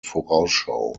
vorausschau